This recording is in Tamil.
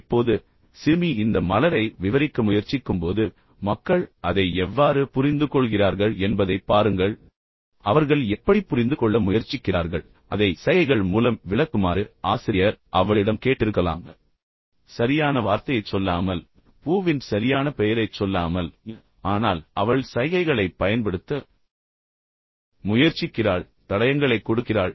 இப்போது சிறுமி இந்த மலரை விவரிக்க முயற்சிக்கும்போது மக்கள் அதை எவ்வாறு புரிந்துகொள்கிறார்கள் என்பதைப் பாருங்கள் அவர்கள் எப்படிப் புரிந்துகொள்ள முயற்சிக்கிறார்கள் அதை சைகைகள் மூலம் விளக்குமாறு ஆசிரியர் அவளிடம் கேட்டிருக்கலாம் சரியான வார்த்தையைச் சொல்லாமல் பூவின் சரியான பெயரைச் சொல்லாமல் ஆனால் அவள் சைகைகளைப் பயன்படுத்த முயற்சிக்கிறாள் தடயங்களைக் கொடுக்கிறாள்